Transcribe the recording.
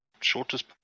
shortest